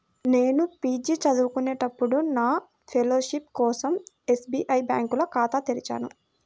నేను పీజీ చదువుకునేటప్పుడు నా ఫెలోషిప్ కోసం ఎస్బీఐ బ్యేంకులో ఖాతా తెరిచాను